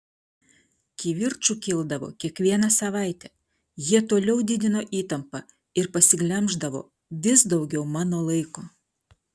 kivirčų kildavo kiekvieną savaitę jie toliau didino įtampą ir pasiglemždavo vis daugiau mano laiko